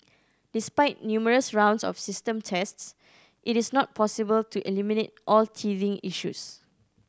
despite numerous rounds of system tests it is not possible to eliminate all teething issues